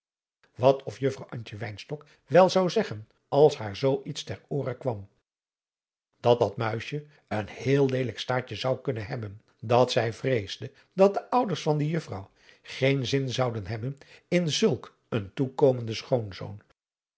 wat of juffrouw antje wynstok wel zou zeggen als haar zoo iets ter oore kwam dat dat muisje een heel leelijk staartje zou kunnen hebben dat zij vreesde dat de ouders van die juffrouw geen zin zouden hebben in zulk een toekomenden schoonzoon